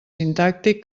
sintàctic